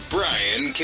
Brian